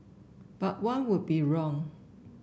but one would be wrong